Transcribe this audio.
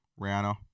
Rihanna